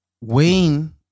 Wayne